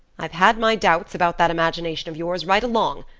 i've had my doubts about that imagination of yours right along,